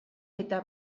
eta